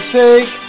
take